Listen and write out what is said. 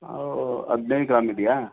ಅವು ಹದಿನೈದು ಗ್ರಾಮ್ ಇದೆಯಾ